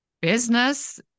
business